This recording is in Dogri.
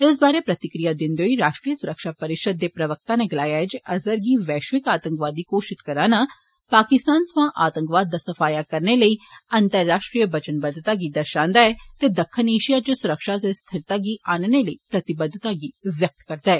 इस बारै प्रतिक्रिया दिंदे होई राश्ट्रीय सुरक्षा परिशद दे प्रवक्ता नै गलाया जे अजहर गी वैष्यिक आंतकवादी घोशित करना पाकिस्तान सोयां आंतकवाद दा सफाया करने लेई आतराष्ट्रीय बचनबद्वता गी दर्षन्दा ऐ ते दक्खनी ऐषिया इच सुरक्षा ते स्थिरता गी आनने लेई प्रतिबद्वता गी व्यक्त करदा ऐ